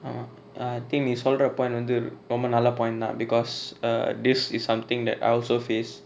um I think நீ சொல்ர:nee solra point வந்து ரொம்ப நல்ல:vanthu romba nalla point தா:tha because uh this is something that I also face